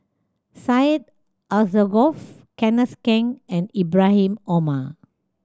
Syed Alsagoff Kenneth Keng and Ibrahim Omar